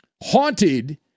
haunted